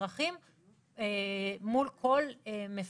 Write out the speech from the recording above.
אזרחים מול כל מפר.